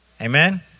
Amen